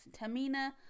Tamina